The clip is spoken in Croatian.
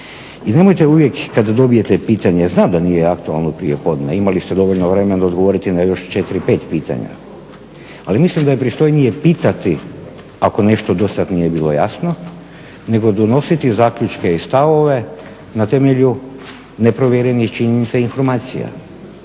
I nemojte uvijek kad dobijete pitanje, znam da nije aktualno prijepodne. Imali ste dovoljno vremena da odgovorite na još 4, 5 pitanja ali mislim da je pristojnije pitati ako nešto dosad nije bilo jasno nego donositi zaključke i stavove na temelju neprovjerenih činjenica i informacija.